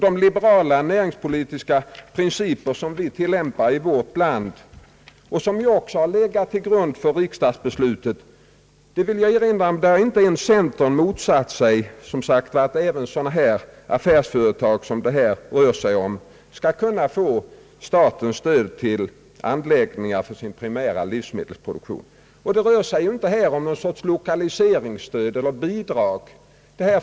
De liberala näringspolitiska principer vi tilllämpar i vårt land har också legat till grund för riksdagsbeslutet, där inte ens centern motsatt sig att även sådana affärsföretag som det här rör sig om skall kunna få statens stöd till anläggningar för primär livsmedelsproduktion. Det gäller här inte något slags lokaliseringsstöd eller bidrag.